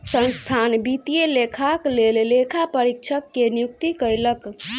संस्थान वित्तीय लेखाक लेल लेखा परीक्षक के नियुक्ति कयलक